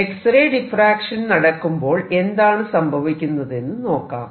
x-ray diffraction നടക്കുമ്പോൾ എന്താണ് സംഭവിക്കുന്നതെന്ന് നോക്കാം